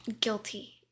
Guilty